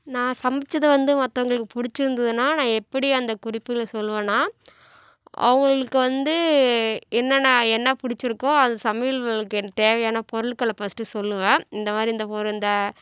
நான் சமைச்சது வந்து மத்தவங்களுக்கு பிடிச்சிருந்துதுனா நான் எப்படி அந்த குறிப்புகளை சொல்வேன்னால் அவங்களுக்கு வந்து என்னென்னால் என்ன பிடிச்சிருக்கோ அது சமையல்களுக்கு எனக்கு தேவையான பொருள்களை ஃபஸ்ட்டு சொல்லுவேன் இந்தமாதிரி இந்த பொருள் இந்த